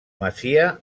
masia